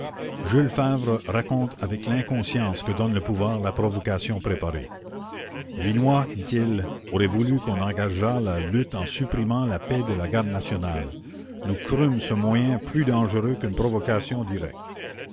jules favre raconte avec l'inconscience que donne le pouvoir la provocation préparée la commune vinoy dit-il aurait voulu qu'on engageât la lutte en supprimant la paie de la garde nationale nous crûmes ce moyen plus dangereux qu'une provocation directe